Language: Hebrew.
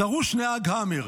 דרוש נהג האמר,